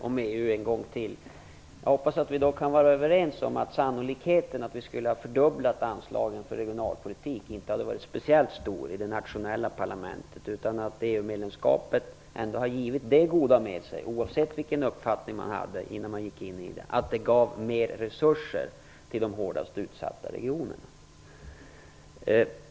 Herr talman! En gång till om EU: Jag hoppas att vi kan vara överens om att sannolikheten för att vi skulle ha fördubblat anslagen för regionalpolitik inte hade varit speciellt stor i det nationella parlamentet. EU-medlemskapet har ändå haft det goda med sig, oavsett uppfattning innan, att det gett mer resurser till de hårdast utsatta regionerna.